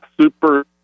super